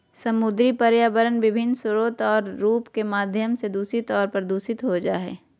समुद्री पर्यावरण विभिन्न स्रोत और रूप के माध्यम से दूषित और प्रदूषित हो जाय हइ